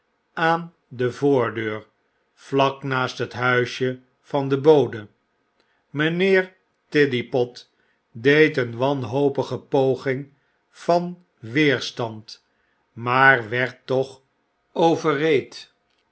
aan de voordeur vlak naast het huisje van den bode mynheer tiddypot deed een wanhopige poging van weerstand maar werd toch